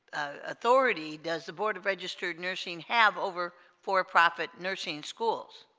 authority does the board of registered nursing have over for-profit nursing schools